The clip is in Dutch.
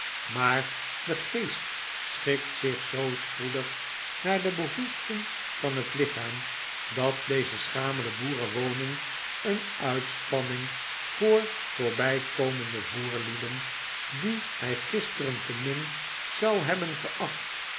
maar de geest schikt zich zoo spoedig naar de behoeften van het lichaam dat deze schamele boerenwoning een uitspanning voor voorbijkomende voerlieden die hij gisteren te min zou hebben geacht